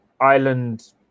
island